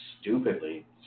stupidly